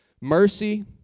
mercy